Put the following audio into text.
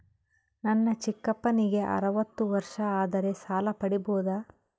ನನ್ನ ಚಿಕ್ಕಪ್ಪನಿಗೆ ಅರವತ್ತು ವರ್ಷ ಆದರೆ ಸಾಲ ಪಡಿಬೋದ?